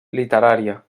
literària